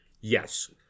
yes